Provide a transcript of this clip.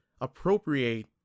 appropriate